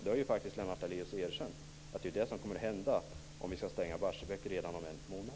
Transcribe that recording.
Lennart Daléus har faktiskt erkänt att det är vad som händer om vi skall stänga Barsebäck redan om en månad.